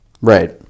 Right